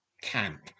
camp